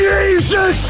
Jesus